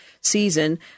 season